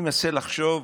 אני מנסה לחשוב,